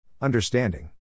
Understanding